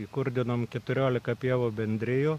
įkurdinom keturiolika pievų bendrijų